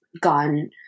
gone